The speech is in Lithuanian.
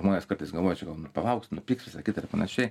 žmonės kartais galvoja čia gal palauks nupigs visa kita ir panašiai